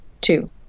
Two